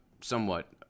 somewhat